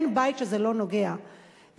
אין בית שזה לא נוגע בו.